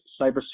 cybersecurity